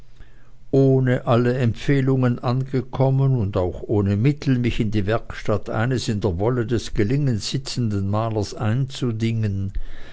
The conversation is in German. ohne alle empfehlungen angekommen und auch ohne mittel mich in die werkstatt eines in der wolle des gelingens sitzenden meisters einzudingen